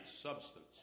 substance